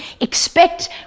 expect